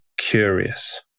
curious